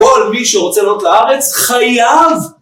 כל מי שרוצה לעלות לארץ חייב!